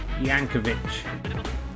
Yankovic